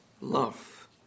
love